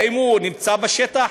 האם הוא נמצא בשטח?